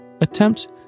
attempt